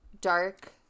dark